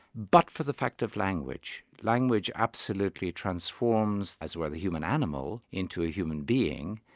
but for the fact of language. language absolutely transforms as well, the human animal into a human being,